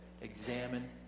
examine